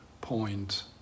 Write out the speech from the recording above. point